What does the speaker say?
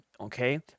okay